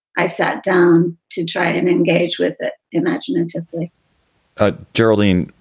i sat down to try and engage with it imaginatively ah geraldine,